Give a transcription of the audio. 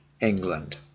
England